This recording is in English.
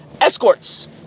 escorts